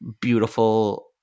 beautiful